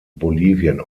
bolivien